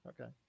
Okay